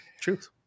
truth